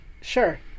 Sure